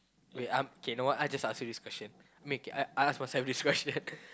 wait ah K know what I just ask you this question make okay I ask myself this question